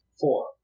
Four